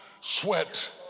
sweat